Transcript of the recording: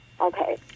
Okay